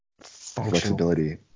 flexibility